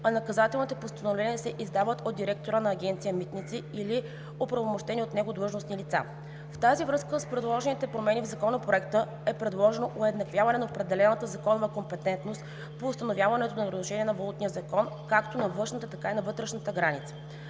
а наказателните постановления се издават от директора на Агенция „Митници“ или оправомощени от него длъжностни лица. В тази връзка с предложените промени в Законопроекта е предложено уеднаквяване на определената законова компетентност по установяването на нарушения на Валутния закон както на външната, така и на вътрешната граница.